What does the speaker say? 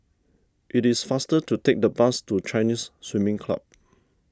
it is faster to take the bus to Chinese Swimming Club